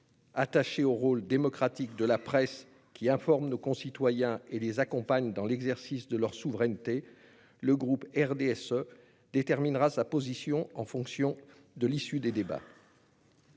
Attaché au rôle démocratique de la presse, qui informe nos concitoyens et les accompagne dans l'exercice de leur souveraineté, le groupe du RDSE déterminera sa position en fonction de l'issue des débats.